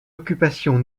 occupation